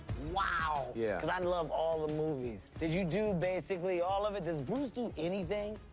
wow! yeah. cause i love all the movies. did you do basically all of it? does bruce do anything?